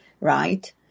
right